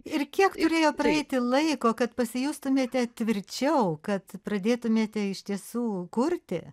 ir kiek turėjo praeiti laiko kad pasijustumėte tvirčiau kad pradėtumėte iš tiesų kurti